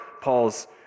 Paul's